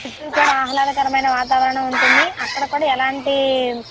చెట్లు కూడా ఆహ్లాదకరమైన వాతావరణం ఉంటుంది అక్కడ కూడా ఎలాంటి